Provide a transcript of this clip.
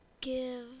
give